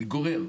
אני גורר,